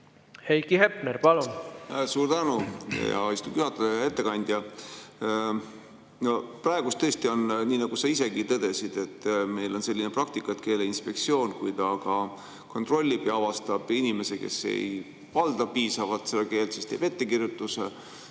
Heiki Hepner, palun! Suur tänu, hea istungi juhataja! Hea ettekandja! Praegu tõesti on nii, nagu sa isegi tõdesid, et meil on selline praktika, et keeleinspektsioon, kui ta kontrollib ja avastab inimesi, kes ei valda piisavalt seda keelt, teeb ettekirjutuse.